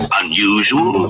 unusual